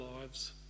lives